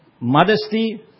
Modesty